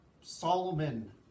Solomon